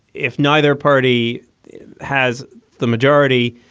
if neither party has the majority,